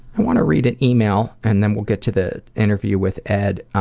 i want to read an email, and then we'll get to the interview with ed.